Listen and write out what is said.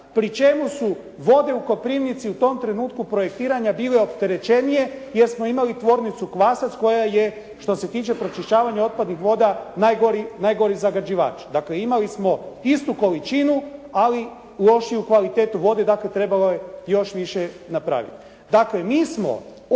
pri čemu su vode u Koprivnici u tom trenutku projektiranja bile opterećenije jer smo imali tvornicu Kvasac koja je što se tiče pročišćavanja otpadnih voda najgori zagađivač. Dakle imali smo istu količinu ali lošiju kvalitetu vode. Dakle trebalo je još više napraviti. Dakle mi smo